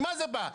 ממה זה בא?